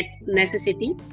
necessity